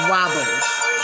Wobbles